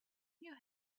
you